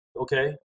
okay